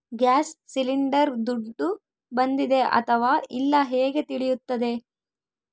Gas cylinder ದುಡ್ಡು ಬಂದಿದೆ ಅಥವಾ ಇಲ್ಲ ಹೇಗೆ ತಿಳಿಯುತ್ತದೆ?